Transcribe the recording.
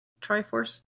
Triforce